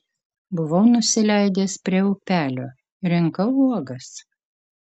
buvau nusileidęs prie upelio rinkau uogas